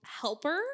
helper